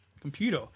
computer